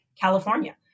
California